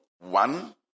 One